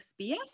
SBS